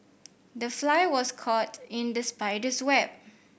the fly was caught in the spider's web